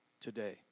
today